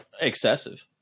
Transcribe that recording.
excessive